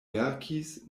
verkis